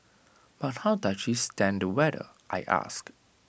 but how does she stand the weather I ask